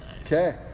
okay